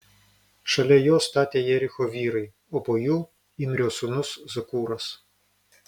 šalia jo statė jericho vyrai o po jų imrio sūnus zakūras